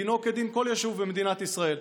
דינו כדין כל יישוב במדינת ישראל,